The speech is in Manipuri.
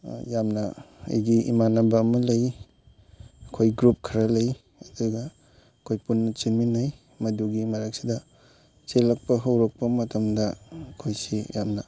ꯌꯥꯝꯅ ꯑꯩꯒꯤ ꯏꯃꯥꯟꯅꯕ ꯑꯃ ꯂꯩ ꯑꯩꯈꯣꯏ ꯒ꯭ꯔꯨꯞ ꯈꯔ ꯂꯩ ꯑꯗꯨꯒ ꯑꯩꯈꯣꯏ ꯄꯨꯟꯅ ꯆꯦꯟꯃꯤꯟꯅꯩ ꯃꯗꯨꯒꯤ ꯃꯔꯛꯁꯤꯗ ꯆꯦꯜꯂꯛꯄ ꯍꯧꯔꯛꯄ ꯃꯇꯝꯗ ꯑꯩꯈꯣꯏꯁꯤ ꯌꯥꯝꯅ